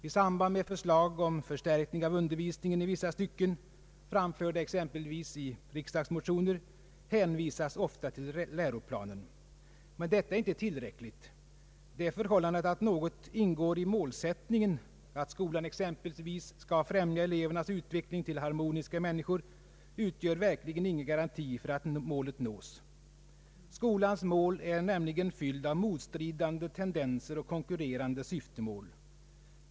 I samband med förslag om förstärkning av undervisningen i vissa stycken — framförda exempelvis i riksdagsmotioner — hänvisas ofta till läroplanen. Men detta är inte tillräckligt. Det förhållandet att något ingår i målsättningen — att skolan exempelvis skall främja elevernas utveckling till ”harmoniska människor” — utgör verkligen ingen garanti för att målet nås. Skolans värld är nämligen fylld av motstridande tendenser och konkurrerande syftemål.